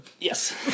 Yes